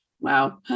Wow